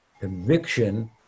conviction